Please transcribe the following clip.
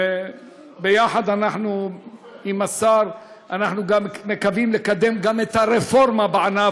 וביחד עם השר אנחנו גם מקווים לקדם גם את הרפורמה בענף,